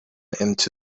into